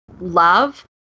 love